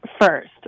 first